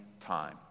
time